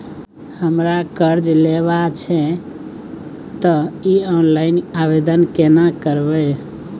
हमरा कर्ज लेबा छै त इ ऑनलाइन आवेदन केना करबै?